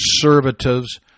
conservatives